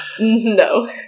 No